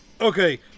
Okay